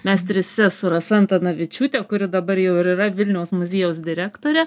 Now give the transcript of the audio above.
mes trise su rasa antanavičiūte kuri dabar jau ir yra vilniaus muziejaus direktorė